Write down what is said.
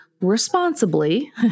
responsibly